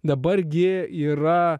dabar gi yra